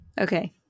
Okay